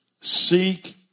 seek